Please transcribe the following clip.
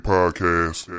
Podcast